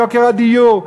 יוקר הדיור.